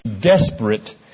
desperate